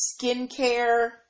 skincare